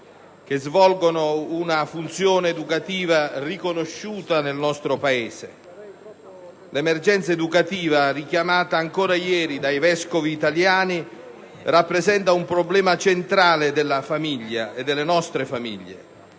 che svolgono una funzione educativa riconosciuta nel nostro Paese. L'emergenza educativa richiamata ancora ieri dai vescovi italiani rappresenta un problema centrale della famiglia e delle nostre famiglie.